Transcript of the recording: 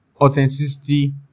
authenticity